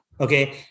okay